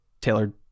tailored